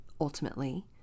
ultimately